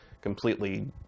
completely